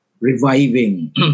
reviving